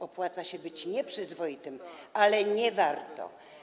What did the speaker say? Opłaca się być nieprzyzwoitym, ale nie warto.